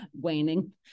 waning